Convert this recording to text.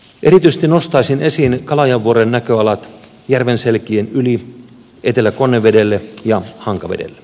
erityisesti nostaisin esiin kalajanvuoren näköalat järvenselkien yli etelä konnevedelle ja hankavedelle